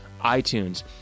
iTunes